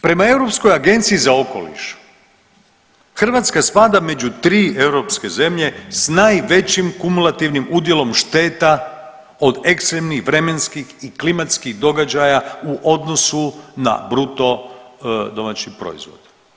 Prema Europskoj agenciji za okoliš Hrvatska spada među tri europske zemlje s najvećim kumulativnim udjelom šteta od ekstremnih vremenskih i klimatskih događaja u odnosu na bruto domaći proizvod.